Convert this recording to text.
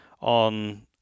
on